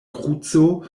kruco